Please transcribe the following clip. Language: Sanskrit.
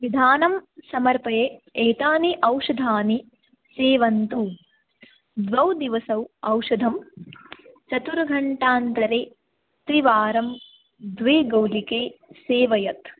विधानं समर्पये एतानि औषधानि सेवन्तु द्वौ दिवसौ औषधं चतुर्घण्टान्तरे त्रिवारं द्विगौलिके सेवयेत्